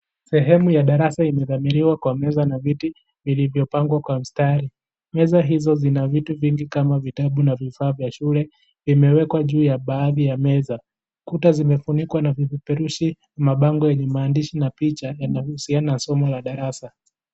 Sehemu ya darasa imedhamiriwa kwa meza na viti vilivyopangwa kwa mstari. Meza hizo zina vitu vingi kama vitabu na vifaa vya shule. Vimewekwa juu ya baadhi ya meza. Kuta zimefunikwa na viviperushi, mabango yenye maandishi na picha yanahusiano na somo la darasa.